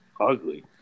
ugly